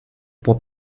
può